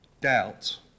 doubt